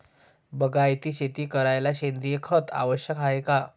बागायती शेती करायले सेंद्रिय खत आवश्यक हाये का?